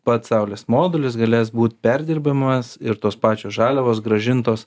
pats saulės modulis galės būt perdirbamas ir tos pačios žaliavos grąžintos